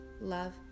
love